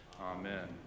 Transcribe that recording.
Amen